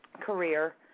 career